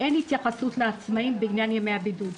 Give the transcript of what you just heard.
אין התייחסות לעצמאים בעניין ימי הבידוד.